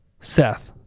Seth